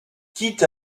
quitte